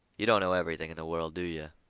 you don't know everything in the world, do you?